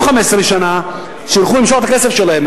15 שנה שילכו למשוך את הכסף שלהם,